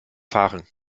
fahren